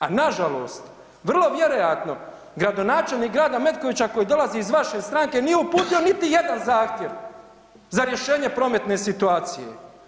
A nažalost vrlo vjerojatno gradonačelnik grada Metkovića koji dolazi iz vaše stranke nije uputio niti jedan zahtjev za rješenje prometne situacije.